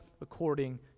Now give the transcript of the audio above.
according